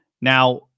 now